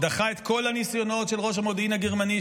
דחה את כל הניסיונות של ראש המודיעין הגרמני,